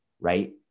right